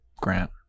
Grant